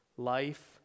life